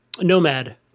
Nomad